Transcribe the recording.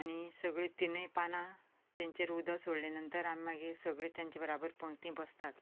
हीं सगळीं तीनय पानां तांचेर उदक सोडलें नंतर आमी मागीर सगळीं तांच्या बराबर पंगतीन बसतात